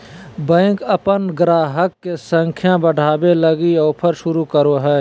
bank अपन गाहक के संख्या बढ़ावे लगी ऑफर शुरू करो हय